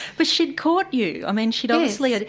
but she'd caught you, i mean she'd obviously. ah